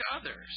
others